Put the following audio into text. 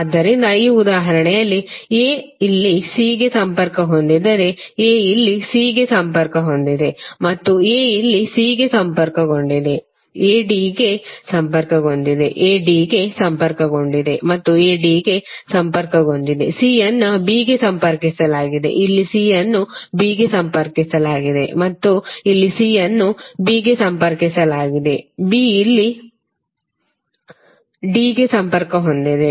ಆದ್ದರಿಂದ ಈ ಉದಾಹರಣೆಯಲ್ಲಿ a ಇಲ್ಲಿ c ಗೆ ಸಂಪರ್ಕ ಹೊಂದಿದ್ದರೆ a ಇಲ್ಲಿ c ಗೆ ಸಂಪರ್ಕಗೊಂಡಿದೆ ಮತ್ತು a ಇಲ್ಲಿ c ಗೆ ಸಂಪರ್ಕಗೊಂಡಿದೆ a d ಗೆ ಸಂಪರ್ಕಗೊಂಡಿದೆ a d ಗೆ ಸಂಪರ್ಕಗೊಂಡಿದೆ ಮತ್ತು a d ಗೆ ಸಂಪರ್ಕಗೊಂಡಿದೆ c ಅನ್ನು b ಗೆ ಸಂಪರ್ಕಿಸಲಾಗಿದೆ ಇಲ್ಲಿ c ಅನ್ನು b ಗೆ ಸಂಪರ್ಕಿಸಲಾಗಿದೆ ಮತ್ತು ಇಲ್ಲಿ c ಅನ್ನು b ಗೆ ಸಂಪರ್ಕಿಸಲಾಗಿದೆ b ಇಲ್ಲಿ d ಗೆ ಸಂಪರ್ಕ ಹೊಂದಿದೆ b ಇಲ್ಲಿ d ಗೆ ಸಂಪರ್ಕ ಹೊಂದಿದೆ ಮತ್ತು b ಇಲ್ಲಿ d ಗೆ ಸಂಪರ್ಕ ಹೊಂದಿದೆ